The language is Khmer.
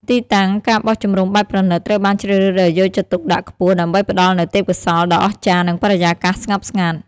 ទីតាំង ការបោះជំរំបែបប្រណីត ត្រូវបានជ្រើសរើសដោយយកចិត្តទុកដាក់ខ្ពស់ ដើម្បីផ្តល់នូវទេសភាពដ៏អស្ចារ្យ និងបរិយាកាសស្ងប់ស្ងាត់។